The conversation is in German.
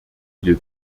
viel